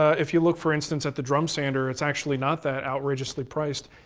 if you look for instance, at the drum sander it's actually not that outrageously priced.